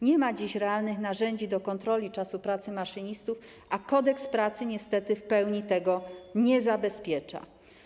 Nie ma dziś realnych narzędzi do kontroli czasu pracy maszynistów, a Kodeks pracy niestety w pełni tego nie zabezpiecza.